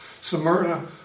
Smyrna